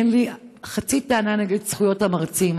אין לי חצי טענה נגד זכויות המרצים,